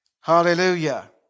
Hallelujah